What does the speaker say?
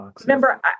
Remember